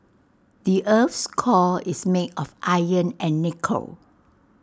the Earth's core is made of iron and nickel